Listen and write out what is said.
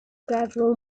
gradual